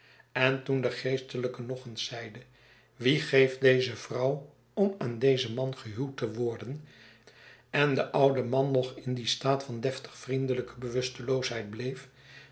en toen de geestelijke nog eens zeide w t ie geeft deze vrouw om aan dezen man gehuwd te worden en de oude man nog in dien staat van deftig vriendelyke bewusteloosheid bleef